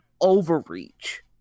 overreach